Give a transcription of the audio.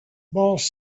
boss